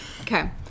Okay